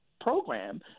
program